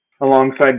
alongside